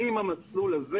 עם המסלול הזה.